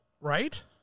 Right